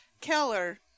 Keller